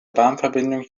bahnverbindung